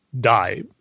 die